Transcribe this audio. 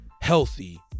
Healthy